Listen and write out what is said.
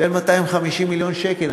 תן 250 מיליון שקל,